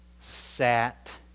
sat